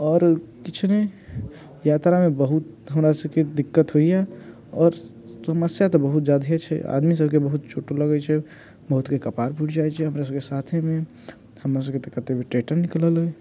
आओर किछु नहि यात्रामे बहुत हमरासभके दिक्कत होइए आओर समस्या तऽ बहुत ज्यादे छै आदमीसभके बहुत चोट लगैत छै बहुतके कपार फूटि जाइत छै हमरासभके साथेमे हमरासभके तऽ कतेक बेर टेटर निकलल हे